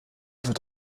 wird